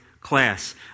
class